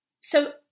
So-